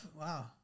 Wow